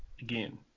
again